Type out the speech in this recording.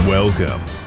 Welcome